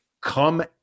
come